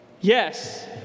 Yes